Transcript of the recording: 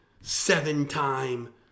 seven-time